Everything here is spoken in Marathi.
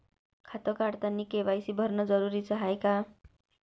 खातं काढतानी के.वाय.सी भरनं जरुरीच हाय का?